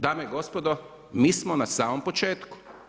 Dame i gospodo mi smo na samom početku.